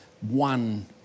one